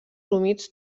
humits